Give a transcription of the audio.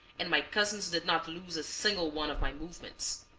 and my cousins did not lose a single one of my movements.